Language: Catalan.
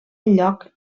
lloc